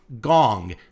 Gong